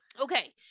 Okay